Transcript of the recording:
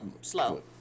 slow